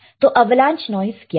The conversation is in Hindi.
तो अवलांच नॉइस क्या है